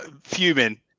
Fuming